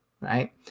right